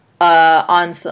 On